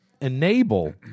enable